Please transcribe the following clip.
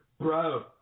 bro –